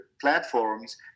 platforms